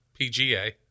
PGA